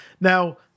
now